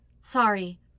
Sorry